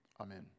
Amen